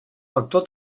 factor